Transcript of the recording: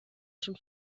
schon